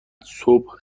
صبح